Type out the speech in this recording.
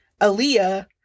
Aaliyah